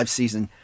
season